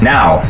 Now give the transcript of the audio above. Now